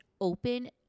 open